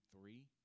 three